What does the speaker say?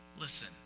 Listen